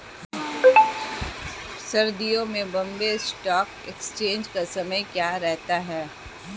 सर्दियों में Bombay stock exchange का समय क्या रहता है?